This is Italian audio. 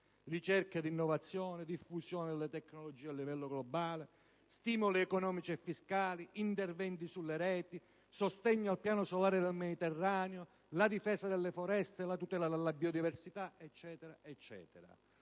ricerca ed innovazione, diffusione delle tecnologie a livello globale, stimoli economici e fiscali, interventi sulle reti, sostegno al piano solare del Mediterraneo, difesa delle foreste, tutela della biodiversità e